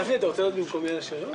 גפני, אתה רוצה לענות במקומי על השאלות?